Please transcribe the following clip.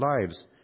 lives